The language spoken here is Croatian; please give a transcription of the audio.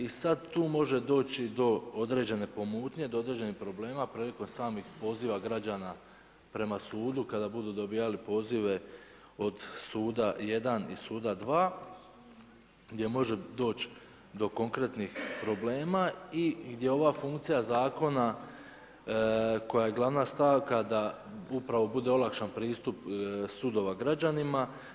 I sad tu može doći do određene pomutnje, do određenih problema prilikom samih poziva građana prema sudu kada budu dobijali pozive od suda jedan i suda dva, gdje može doći do konkretnih problema i gdje ova funkcija zakona koja je glavna stavka da upravo bude olakšan pristup sudova građanima.